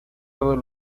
todos